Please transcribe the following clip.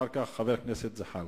אחר כך, חבר הכנסת זחאלקה.